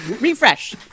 refresh